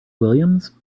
williams